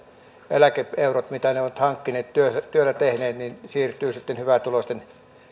eläke eurot mitä ne ovat hankkineet työtä työtä tehneet siirtyvät sitten hyvätuloisten